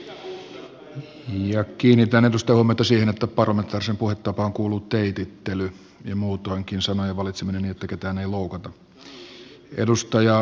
kiinnitän edustajien huomiota siihen että parlamentaariseen puhetapaan kuuluu teitittely ja muutoinkin sanojen valitseminen niin että ketään ei loukata